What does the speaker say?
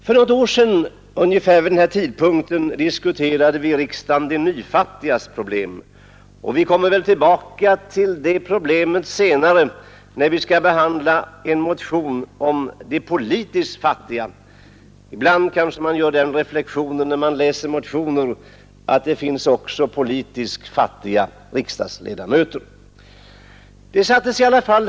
För något år sedan, ungefär vid denna tidpunkt, diskuterade vi i riksdagen de nyfattigas problem. Vi kommer väl tillbaka till det problemet senare, när vi skall behandla en motion om de politiskt fattiga. Ibland kan man göra den reflexionen när man läser motioner, att det också finns politiskt fattiga riksdagsledamöter.